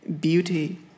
beauty